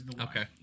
Okay